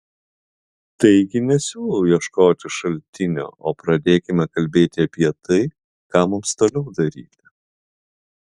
taigi nesiūlau ieškoti šaltinio o pradėkime kalbėti apie tai ką mums toliau daryti